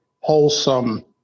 wholesome